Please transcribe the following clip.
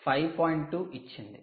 2 ఇచ్చింది